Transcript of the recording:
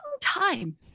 time